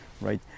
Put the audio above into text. right